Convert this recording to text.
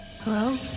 Hello